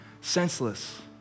senseless